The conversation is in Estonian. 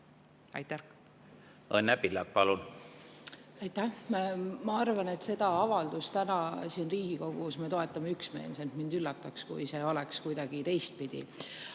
palun! Õnne Pillak, palun! Aitäh! Ma arvan, et seda avaldust täna siin Riigikogus me toetame üksmeelselt. Mind üllataks, kui see oleks kuidagi teistpidi.